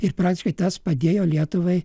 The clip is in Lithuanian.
ir praktiškai tas padėjo lietuvai